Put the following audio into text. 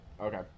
Okay